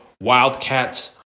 Wildcats